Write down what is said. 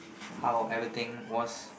how everything was